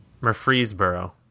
Murfreesboro